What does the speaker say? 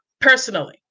personally